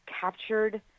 captured